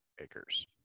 acres